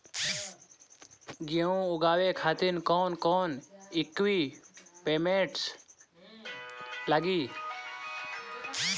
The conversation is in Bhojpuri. गेहूं उगावे खातिर कौन कौन इक्विप्मेंट्स लागी?